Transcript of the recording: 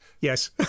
Yes